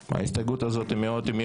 האמת, אני רואה סוג של בעיה בהסתייגות הזאת.